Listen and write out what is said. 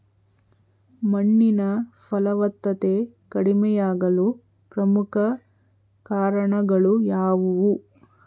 ಮಣ್ಣಿನ ಫಲವತ್ತತೆ ಕಡಿಮೆಯಾಗಲು ಪ್ರಮುಖ ಕಾರಣಗಳು ಯಾವುವು?